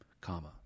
comma